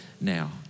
now